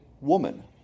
woman